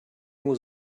was